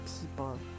people